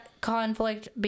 conflict